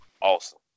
Awesome